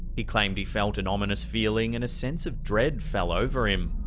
he claimed he felt an ominous feeling and a sense of dread fell over him.